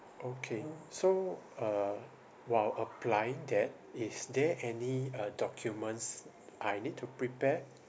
okay so uh while applying that is there any uh documents I need to prepare